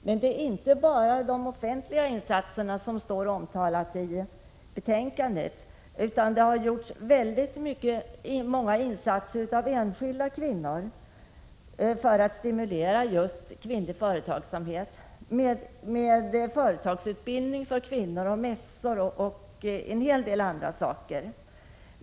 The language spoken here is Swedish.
Men inte bara de offentliga insatser som omnämns i betänkandet utan också många insatser av enskilda kvinnor har gjorts för att stimulera just kvinnlig företagsamhet, genom företagsutbildning för kvinnor, mässor och en hel del andra saker.